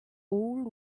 old